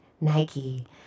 Nike